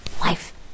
Life